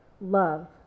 love